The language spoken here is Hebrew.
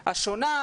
היהדות השונה,